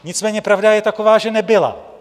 Nicméně pravda je taková, že nebyla.